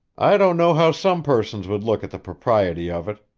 i don't know how some persons would look at the propriety of it.